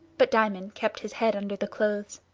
but diamond kept his head under the clothes.